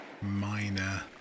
minor